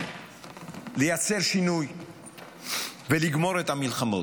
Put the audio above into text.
לייצר שינוי ולגמור את המלחמות.